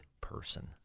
person